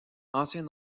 ancien